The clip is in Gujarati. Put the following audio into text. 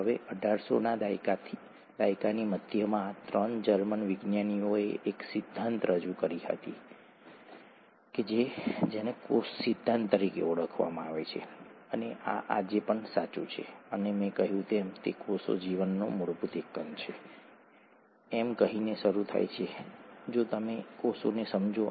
તેથી અમે કહ્યું કે ડીએનએ ડીઓક્સિરિબોન્યુક્લિક એસિડ તરીકે ઓળખાતી માહિતી એમઆરએનએમાં માહિતીમાં રૂપાંતરિત થાય છે ઠીક છે